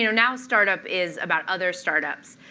you know now startup is about other start-ups,